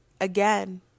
again